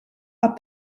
are